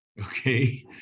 okay